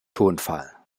tonfall